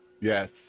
Yes